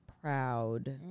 proud